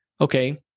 okay